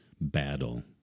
battle